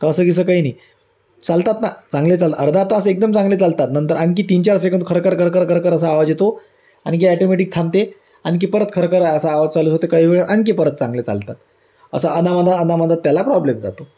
तर असं गीसं काही नाही चालतात ना चांगले चाल अर्धा तास एकदम चांगले चालतात नंतर आणखी तीन चार सेकंड खरकर करकर करकर असा आवाज येतो आणखी ॲटोमॅटिक थांबते आणखी परत खरखर असा आवाज चालू होतो काही वेळ आणखी परत चांगले चालतात असं अध्यामध्यात अध्यामध्यात त्याला प्रॉब्लेम जातो